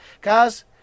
guys